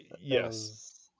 Yes